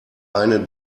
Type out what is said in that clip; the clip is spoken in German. eine